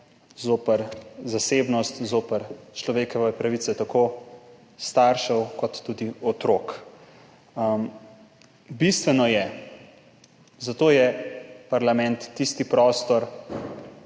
zoper zasebnost, zoper človekove pravice tako staršev kot tudi otrok. Bistveno je, zato je parlament po